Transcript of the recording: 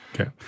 Okay